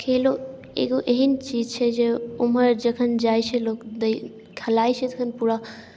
खेलो एगो एहन चीज छै जे ओम्हर जखन जाइ छै लोक दै खेलाइ छै तखन पूरा